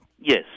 Yes